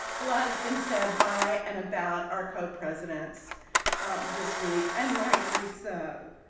a lot has been said by and about our co-presidents this week. and rightly so.